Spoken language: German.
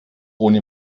ohne